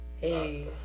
Hey